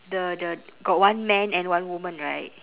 the the got one man and one woman right